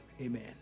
amen